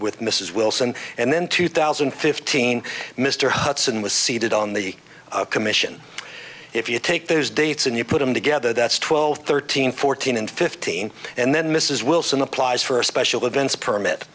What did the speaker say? with mrs wilson and then two thousand and fifteen mr hudson was seated on the commission if you take there's dates and you put them together that's twelve thirteen fourteen and fifteen and then mrs wilson applies for special events permit